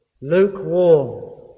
lukewarm